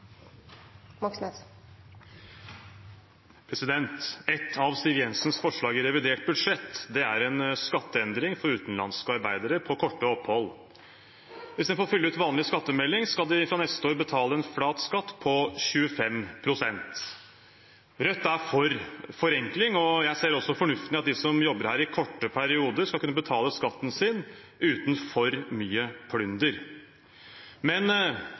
en skatteendring for utenlandske arbeidere på korte opphold. Istedenfor å fylle ut vanlig skattemelding skal de fra neste år betale en flat skatt på 25 pst. Rødt er for forenkling, og jeg ser også fornuften i at de som jobber her i korte perioder, skal kunne betale skatten sin uten for mye plunder. Men